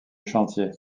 chantier